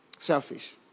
Selfish